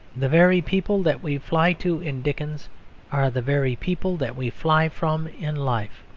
the very people that we fly to in dickens are the very people that we fly from in life.